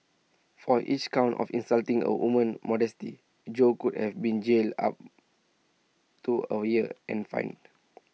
for each count of insulting A woman's modesty Jo could have been jailed up to A year and fined